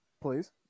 Please